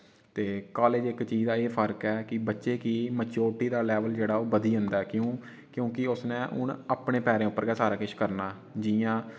ते कॉलेज़ इक चीज दा एह् फर्क ऐ की बच्चे की मैच्योरिटी दा लेवल जेहड़ा ओह् बधी जंदा ऐ क्युं क्युंकि उसने हून अपने पैरें उप्पर गै सारा किश करना जि'यां